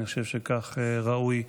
אני חושב שכך ראוי.